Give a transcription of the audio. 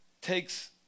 takes